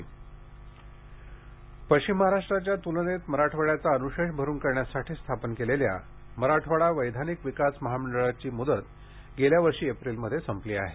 उदगीर आंदोलन पश्चिम महाराष्ट्राच्या तुलनेत मराठवाड्याचा अनुशेष भरून काढण्यासाठी स्थापन केलेल्या मराठवाडा वैधानिक विकास महामंडळाची मुदत गेल्या वर्षी एप्रिलमध्ये संपली आहे